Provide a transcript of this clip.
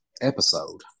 episode